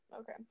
okay